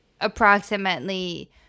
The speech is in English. approximately